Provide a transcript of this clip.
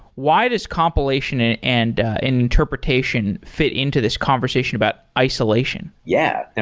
why does compilation and and interpretation fit into this conversation about isolation? yeah yeah!